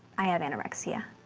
i have anorexia.